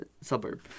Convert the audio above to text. suburb